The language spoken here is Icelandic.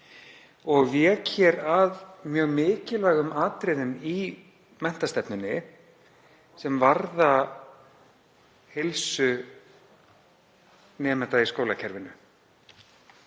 og vék hér að mjög mikilvægum atriðum í menntastefnunni sem varða heilsu nemenda í skólakerfinu.